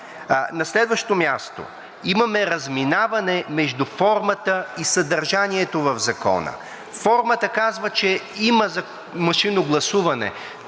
На следващо място, имаме разминаваме между формата и съдържанието в закона. Формата казва, че има машинно гласуване,